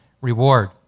reward